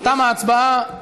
תמה ההצבעה.